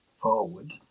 forward